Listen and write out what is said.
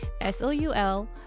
S-O-U-L